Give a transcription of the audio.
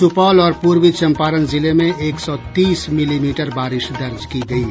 सुपौल और पूर्वी चंपारण जिले में एक सौ तीस मिलीमीटर बारिश दर्ज की गयी